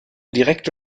direkte